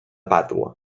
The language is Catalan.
pàdua